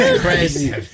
crazy